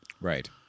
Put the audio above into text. Right